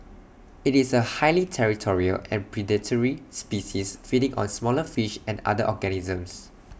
IT is A highly territorial and predatory species feeding on smaller fish and other organisms